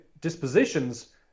dispositions